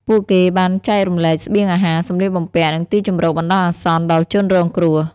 ពួកគេបានចែករំលែកស្បៀងអាហារ សំលៀកបំពាក់ និងទីជម្រកបណ្តោះអាសន្នដល់ជនរងគ្រោះ។